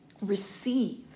receive